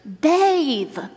bathe